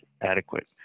adequate